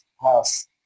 house